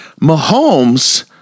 Mahomes